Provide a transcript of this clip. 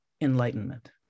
enlightenment